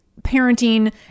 parenting